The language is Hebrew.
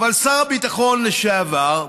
אבל שר הביטחון לשעבר,